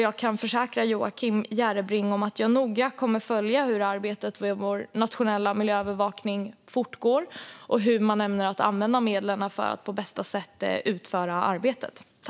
Jag kan försäkra Joakim Järrebring att jag noga kommer att följa hur arbetet med vår nationella miljöövervakning fortgår och hur man ämnar använda medlen för att på bästa sätt utföra arbetet.